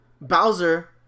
Bowser